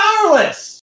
powerless